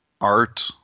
art